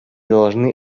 должны